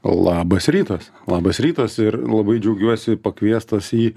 labas rytas labas rytas ir labai džiaugiuosi pakviestas į